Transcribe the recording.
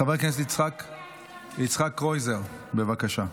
חבר הכנסת יצחק קרויזר, בבקשה.